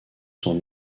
sont